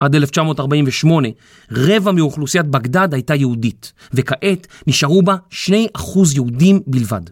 עד 1948 רבע מאוכלוסיית בגדד הייתה יהודית, וכעת נשארו בה 2 אחוז יהודים בלבד.